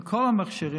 על כל המכשירים,